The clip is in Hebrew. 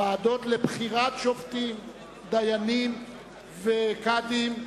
ועדות לבחירת שופטים, דיינים וקאדים,